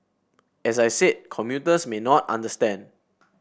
as I said commuters may not understand